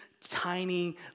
tiny